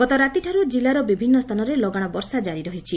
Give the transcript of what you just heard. ଗତରାତିଠାରୁ ଜିଲ୍ଲାର ବିଭିନ୍ନ ସ୍ଚାନରେ ଲଗାଣ ବର୍ଷା କାରି ରହିଛି